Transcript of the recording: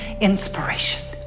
inspiration